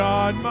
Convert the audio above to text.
God